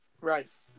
Right